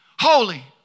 Holy